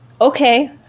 Okay